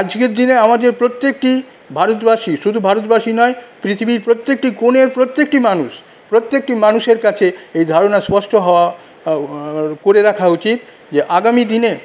আজকের দিনে আমাদের প্রত্যেকেই ভারতবাসী শুধু ভারতবাসী নয় পৃথিবীর প্রত্যেকটি কোণের প্রত্যেকটি মানুষ প্রত্যেকটি মানুষের কাছে এই ধারণা স্পষ্ট হওয়া করে রাখা উচিত যে আগামীদিনে